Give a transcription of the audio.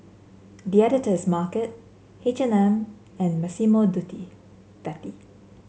The Editor's Market H and M and Massimo Dutti